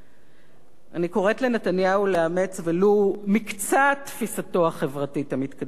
אני קוראת לנתניהו לאמץ ולו מקצת תפיסתו החברתית המתקדמת של ז'בוטינסקי.